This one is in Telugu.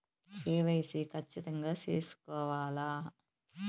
కె.వై.సి ఖచ్చితంగా సేసుకోవాలా